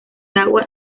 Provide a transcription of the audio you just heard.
agua